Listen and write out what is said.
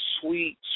sweet